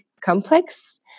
complex